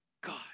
God